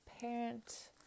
parent